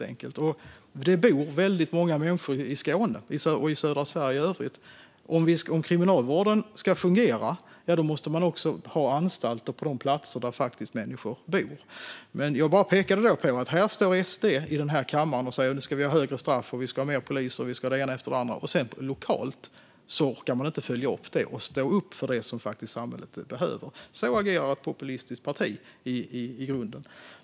Det bor väldigt många människor i Skåne och i södra Sverige i övrigt. Om kriminalvården ska fungera måste man ha anstalter på de platser där människor faktiskt bor. Jag bara pekade på att här står SD i kammaren och säger att vi ska ha högre straff, fler poliser och det ena efter det andra, men lokalt orkar man inte följa upp det och stå upp för det som samhället faktiskt behöver. Så agerar i grunden ett populistiskt parti.